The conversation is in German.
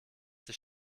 sich